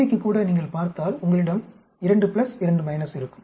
AB க்கு கூட நீங்கள் பார்த்தால் உங்களிடம் 2 2 இருக்கும்